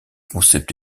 concepts